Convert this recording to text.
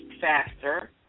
faster